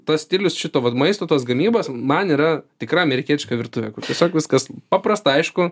tas stilius šito vat maisto tos gamybos man yra tikra amerikietiška virtuvė kur tiesiog viskas paprasta aišku